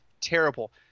terrible